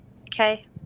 Okay